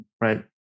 right